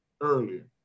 earlier